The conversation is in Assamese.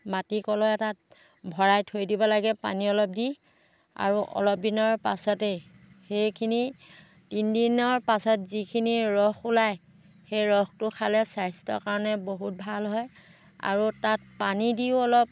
মাটি কলহ এটাত ভৰাই থৈ দিব লাগে পানী অলপ দি আৰু অলপ দিনৰ পাছতে সেইখিনি তিনিদিনৰ পাছত যিখিনি ৰস ওলাই সেই ৰসটো খালে স্বাস্থ্যৰ কাৰণে বহুত ভাল হয় আৰু তাত পানী দিওঁ অলপ